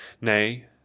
nay